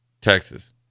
Texas